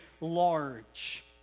large